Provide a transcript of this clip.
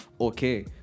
okay